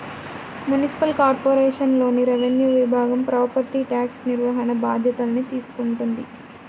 municipal కార్పొరేషన్లోని revenue విభాగం property tax నిర్వహణ బాధ్యతల్ని తీసుకుంటది